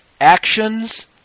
actions